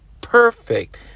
perfect